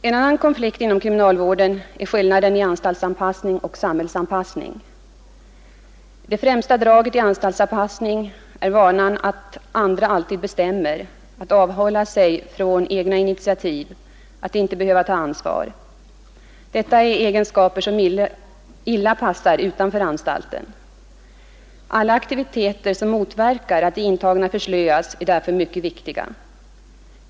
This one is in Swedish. En annan konflikt inom kriminalvården är skillnaden mellan anstaltsanpassning och samhällsanpassning. Det främsta draget i anstaltsanpassning är vanan att andra alltid bestämmer, att avhålla sig från egna initiativ och att inte behöva ta ansvar. Detta är egenskaper som illa passar utanför anstalten. Alla aktiviteter som motverkar att de intagna förslöas är därför mycket viktiga.